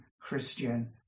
Christian